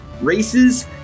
races